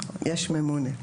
נכון, יש ממונה.